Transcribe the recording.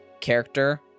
character